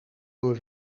door